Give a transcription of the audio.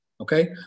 Okay